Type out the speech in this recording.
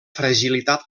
fragilitat